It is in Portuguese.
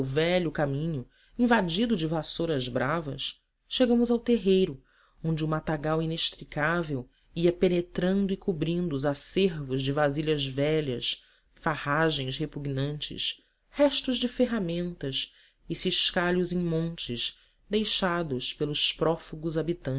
velho caminho invadido de vassouras bravas chegamos ao terreiro onde o matagal inextricável ia peneirando e cobrindo os acervos de vasilhas velhas farragens repugnantes restos de ferramentas e ciscalhos em montes deixados pelos prófugos